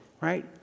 right